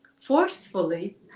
forcefully